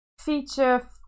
feature